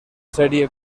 serie